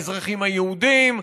האזרחים היהודים,